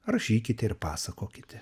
rašykite ir pasakokite